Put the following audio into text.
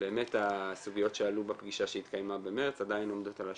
באמת הסוגיות שעלו בפגישה שהתקיימה במארס עדיין עומדות על השולחן.